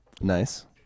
Nice